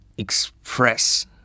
express